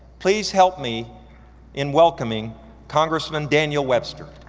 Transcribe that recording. please help me in welcoming congressman daniel webster.